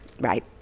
right